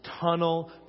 tunnel